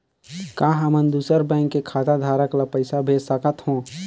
का हमन दूसर बैंक के खाताधरक ल पइसा भेज सकथ हों?